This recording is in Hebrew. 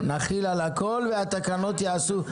נחיל על הכל והתקנות ייעשו.